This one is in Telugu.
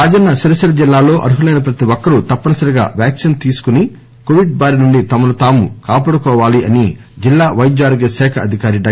రాజన్న సిరిసిల్ల జిల్లాలో అర్హులైన ప్రతి ఒక్కరు తప్పనిసరిగా వాక్పిన్ తీసుకొని కోవిడ్ బారి నుండి తమను తాము కాపాడుకోవాలీ అని జిల్లా వైద్య ఆరోగ్య శాఖ అధికారి డా